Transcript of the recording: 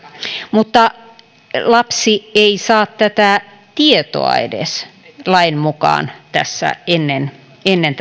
mutta lapsi ei saa tässä edes tätä tietoa lain mukaan ennen ennen